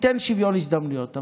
תן שוויון הזדמנויות.